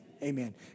Amen